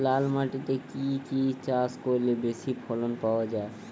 লাল মাটিতে কি কি চাষ করলে বেশি ফলন পাওয়া যায়?